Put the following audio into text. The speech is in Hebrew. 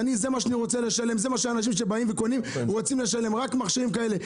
זה מה שאני רוצה לשלם וזה מה שהקונים רוצים לשם כשמחפשים מכשירים כאלה.